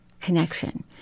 connection